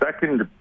Second